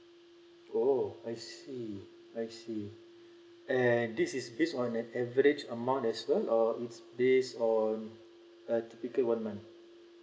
oh I see I see and this is based on an average amount as well or it's based on a typical one month